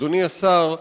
אדוני השר,